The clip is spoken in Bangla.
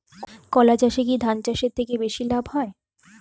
কলা চাষে কী ধান চাষের থেকে বেশী লাভ হয়?